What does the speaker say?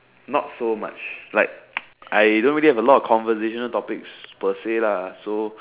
not so much like I don't really have a lot of conservation topics per say lah so